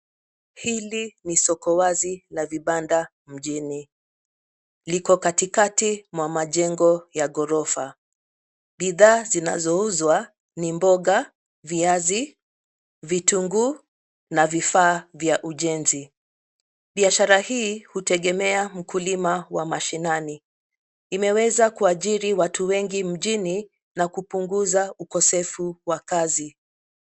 Hili ni soko wazi la vibanda mjini. Liko katikati mwa majengo ya ghorofa. Bidhaa zinazouzwa ni: mboga, viazi, vitunguu na vifaa vya ujenzi. Biashara hii hutegemea mkulima wa mashinani. Imeweza kuajiri watu wengi mjini na kupunguza ukosefu wa kazi.